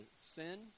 sin